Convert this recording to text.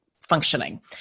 functioning